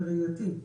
בראייתי,